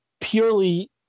purely